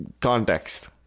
Context